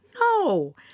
No